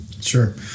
Sure